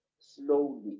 slowly